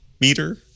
meter